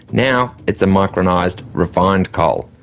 now it's a micronized refined coal.